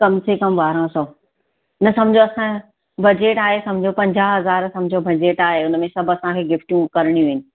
कमसे कम ॿारहं सौ न सम्झो असांजो बजेट आहे सम्झो पंजाह हज़ार सम्झो बजेट आहे उनमें सभु असांखे गिफ्टियूं करिणी आहिनि